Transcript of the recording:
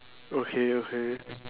okay okay